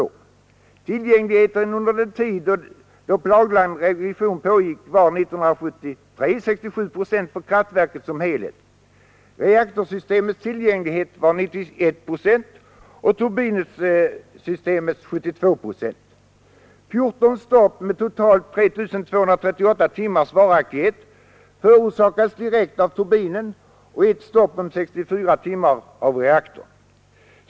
År 1973 var tillgängligheten under den tid planlagd revision ej pågick 67 procent för kraftverket som helhet. Reaktorsystemets tillgänglighet var 91 procent och turbinsystemets 72 procent. 14 stopp med sammanlagt 3 238 timmars varaktighet förorsakades direkt av turbinen och 1 stopp om 64 timmar av reaktorn.